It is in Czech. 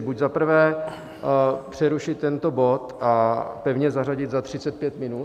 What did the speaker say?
Buď zaprvé přerušit tento bod a pevně zařadit za 35 minut.